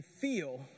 feel